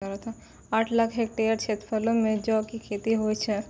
आठ लाख हेक्टेयर क्षेत्रफलो मे जौ के खेती होय छै